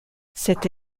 cette